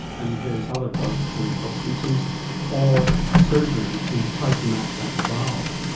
and various other drugs to help symptoms or surgery to tighten up that valve.